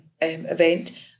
event